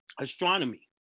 Astronomy